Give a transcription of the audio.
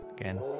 Again